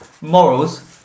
Morals